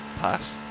Pass